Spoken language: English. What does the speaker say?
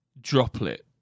droplet